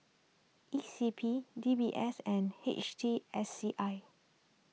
E C P D B S and H T S C I